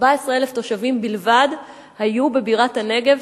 14,000 תושבים בלבד היו בבירת הנגב,